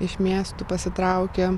iš miestų pasitraukė